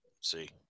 see